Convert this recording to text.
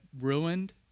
ruined